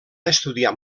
estudiar